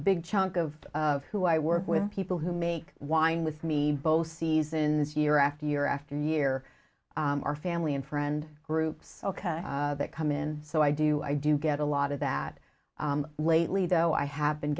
big chunk of of who i work with people who make wine with me both seasons year after year after year our family and friend groups that come in so i do i do get a lot of that lately though i have been